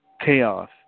chaos